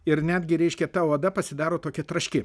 ir netgi reiškia ta oda pasidaro tokia traški